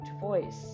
voice